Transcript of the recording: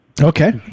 okay